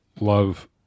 love